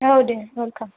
औ दे अवेलकाम